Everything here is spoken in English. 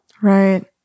Right